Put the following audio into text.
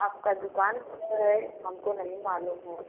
आपका दुकान किधर है हमको नहीं मालूम है